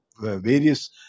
various